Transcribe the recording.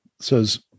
says